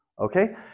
Okay